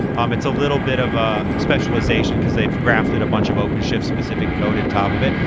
um it's a little bit of a specialization, because they've grafted a bunch of open shift specific code in top of it,